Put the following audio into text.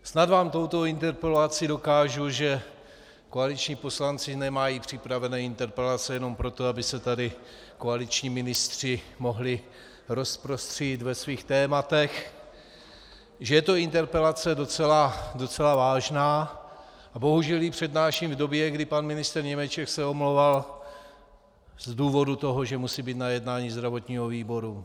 Snad vám touto interpelací dokážu, že koaliční poslanci nemají připraveny interpelace jenom proto, aby se tady koaliční ministři mohli rozprostřít ve svých tématech, že je to interpelace docela vážná, ale bohužel ji přednáším v době, kdy pan ministr Němeček se omlouval z důvodu toho, že musí být na jednání zdravotního výboru.